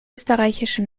österreichische